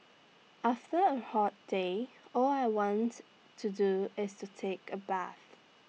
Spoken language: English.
after A hot day all I want to do is to take A bath